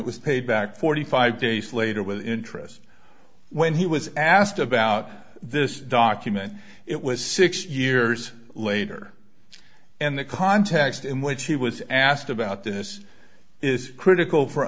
it was paid back forty five days later with interest when he was asked about this document it was six years later and the context in which he was asked about this is critical for